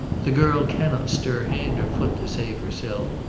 the girl cannot stir hand or foot to save herself.